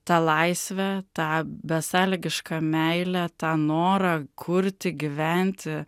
tą laisvę tą besąlygišką meilę tą norą kurti gyventi